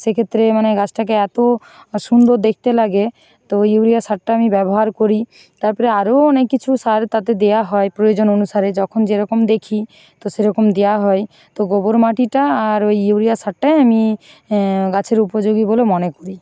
সেক্ষেত্রে মানে গাছটাকে এতো সুন্দর দেখতে লাগে তো ইউরিয়া সারটা আমি ব্যবহার করি তারপরে আরও অনেক কিছু সার তাতে দেওয়া হয় প্রয়োজন অনুসারে যখন যেরকম দেখি তো সেরকম দেওয়া হয় তো গোবর মাটিটা আর ওই ইউরিয়া সারটাই আমি গাছের উপযোগী বলে মনে করি